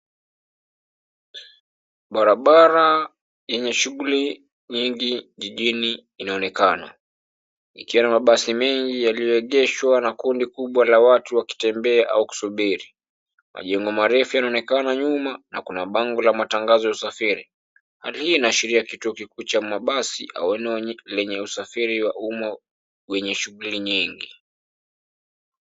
Barabara yenye shughuli nyingi jijini inaonekana, ikiwa na mabasi mengi yaliyoegeshwa na kundi kubwa la watu wakitembea au kusubiri. Majengo marefu yanaonekana nyuma na kuna bango la matangazo ya usafiri. Hali hii inaashiria kituo kikuu cha mabasi au eneo lenye usafiri wa humo wenye shughuli nyingi.